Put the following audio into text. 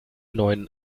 neuen